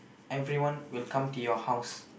everyone will come to your house